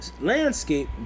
landscape